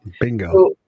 Bingo